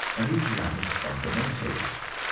an islamic fundamentalist.